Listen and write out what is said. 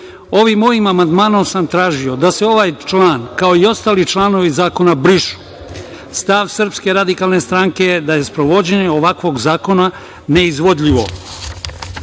Ovim mojim amandmanom sam tražio da se ovaj član, kao i ostali članovi zakona brišu. Stav SRS je da je sprovođenje ovakvog zakona neizvodljivo,